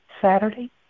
Saturday